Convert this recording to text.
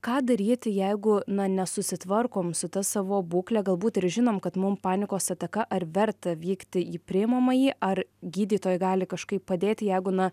ką daryti jeigu na nesusitvarkom su ta savo būkle galbūt ir žinom kad mum panikos ataka ar verta vykti į priimamąjį ar gydytojai gali kažkaip padėti jeigu na